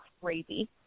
crazy